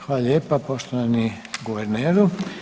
Hvala lijepa poštovani guverneru.